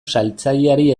saltzaileari